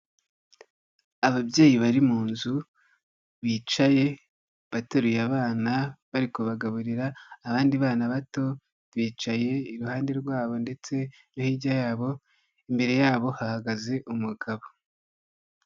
Ababyeyi bari mu nzu, bicaye bateruye abana bari kubagaburira, abandi bana bato, bicaye iruhande rwabo ndetse no hirya yabo, imbere yabo hahagaze umugabo.